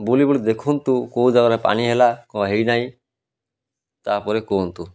ବୁଲି ବୁଲି ଦେଖନ୍ତୁ କେଉଁ ଜାଗାରେ ପାଣି ହେଲା କ'ଣ ହେଇ ନାହିଁ ତାପରେ କୁହନ୍ତୁ